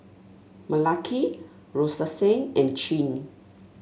Malaki Roxanne and Chin